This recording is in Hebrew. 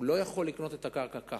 הוא לא יכול לקנות את הקרקע ככה.